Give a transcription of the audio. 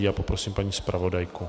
Já poprosím paní zpravodajku.